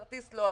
הכרטיס לא עבר.